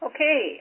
Okay